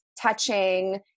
touching